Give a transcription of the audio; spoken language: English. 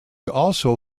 also